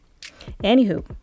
Anywho